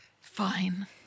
Fine